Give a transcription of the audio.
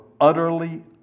utterly